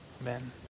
Amen